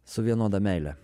su vienoda meile